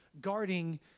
guarding